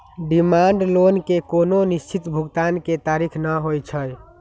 demand loan के कोनो निश्चित भुगतान के तारिख न होइ छइ